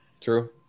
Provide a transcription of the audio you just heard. true